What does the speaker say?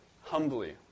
humbly